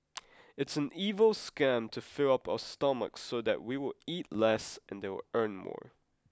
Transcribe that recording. it's an evil scam to fill up our stomachs so that we will eat less and they'll earn more